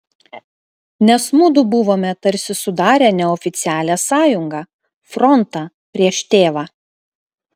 nes mudu buvome tarsi sudarę neoficialią sąjungą frontą prieš tėvą